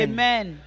Amen